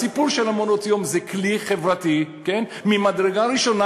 הסיפור של מעונות-היום הוא כלי חברתי ממדרגה ראשונה,